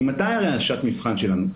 כי מתי הרי שעת מבחן שלנו?